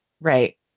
Right